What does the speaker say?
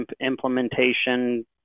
implementation